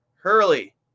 Hurley